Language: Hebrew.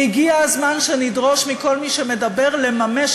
הגיע הזמן שנדרוש מכל מי שמדבר לממש